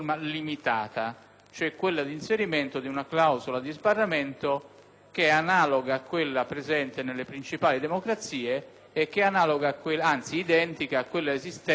che è analoga a quella presente nelle principali democrazie e identica a quella esistente nella legislazione elettorale per la Camera dei deputati fin dal 1993.